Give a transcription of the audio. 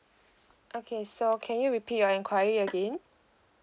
okay sir can you repeat your enquiry again